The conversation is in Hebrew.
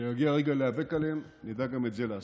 כשיגיע הרגע להיאבק עליהם, נדע גם את זה לעשות.